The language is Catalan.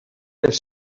els